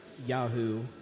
Yahoo